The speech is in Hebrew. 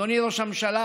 אדוני ראש הממשלה,